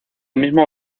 mismo